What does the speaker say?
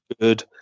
good